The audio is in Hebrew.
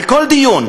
על כל דיון,